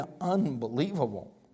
unbelievable